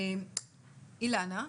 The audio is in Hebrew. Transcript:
אילנה,